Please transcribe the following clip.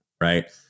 right